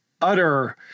utter